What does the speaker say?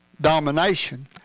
domination